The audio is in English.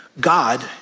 God